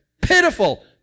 pitiful